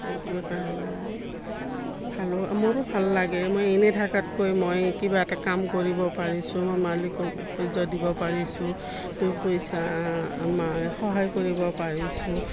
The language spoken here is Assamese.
এইটো কাৰণে ভালো মোৰো ভাল লাগে মই এনেই থকাতকৈ মই কিবা এটা কাম কৰিব পাৰিছোঁ মই মালিকক উপাৰ্য দিব পাৰিছোঁ দুই পইচা আমাৰ সহায় কৰিব পাৰিছোঁ